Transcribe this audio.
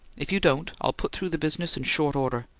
if you don't, i'll put through the business in short order.